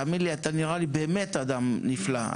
אתה נראה לי באמת אדם נפלא.